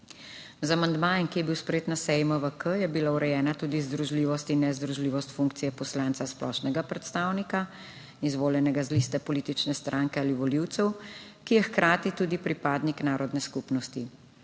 Z amandmajem, ki je bil sprejet na seji MVK, je bila urejena tudi združljivost in nezdružljivost funkcije poslanca splošnega predstavnika, izvoljenega z liste politične stranke ali volivcev, ki je hkrati tudi pripadnik narodne skupnosti.